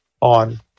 on